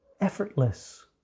Effortless